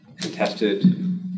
contested